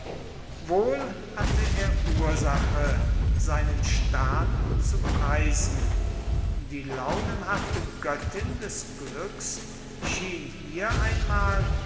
wohl hatte er ursache seinen stern zu preisen die launenhafte göttin des glücks schien hier einmal